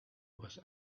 was